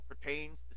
pertains